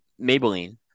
Maybelline